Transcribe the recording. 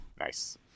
nice